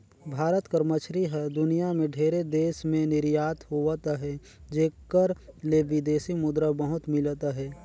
भारत कर मछरी हर दुनियां में ढेरे देस में निरयात होवत अहे जेकर ले बिदेसी मुद्रा बहुत मिलत अहे